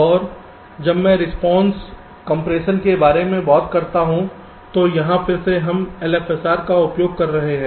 अब जब मैं रिस्पांस कॉम्पेक्शन के बारे में बात करता हूं और यहां फिर से हम LFSR का उपयोग कर रहे हैं